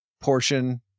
portion